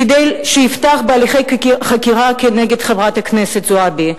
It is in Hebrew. כדי שיפתח בהליכי חקירה כנגד חברת הכנסת זועבי.